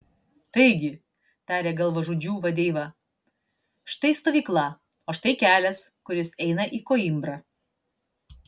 taigi tarė galvažudžių vadeiva štai stovykla o štai kelias kuris eina į koimbrą